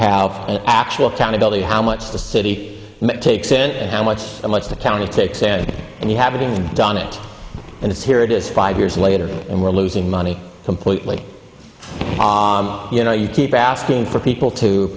have an actual accountability how much the city takes in and how much much the county takes and you haven't done it and it's here it is five years later and we're losing money completely you know you keep asking for people to